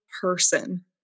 person